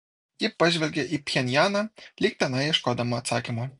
ji pažvelgė į pchenjaną lyg tenai ieškodama atsakymo